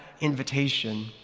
invitation